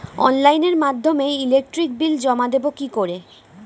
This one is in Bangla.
অনলাইনের মাধ্যমে ইলেকট্রিক বিল জমা দেবো কি করে?